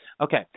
Okay